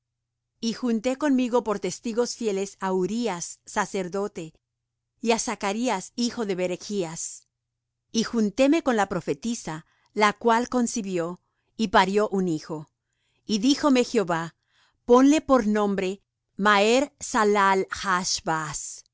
y junté conmigo por testigos fieles á urías sacerdote y á zacarías hijo de jeberechas y juntéme con la profetisa la cual concibió y parió un hijo y díjome jehová ponle por nombre